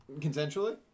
Consensually